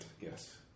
yes